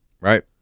Right